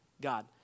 God